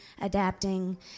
adapting